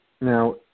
Now